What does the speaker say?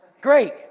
great